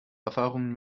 erfahrungen